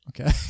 Okay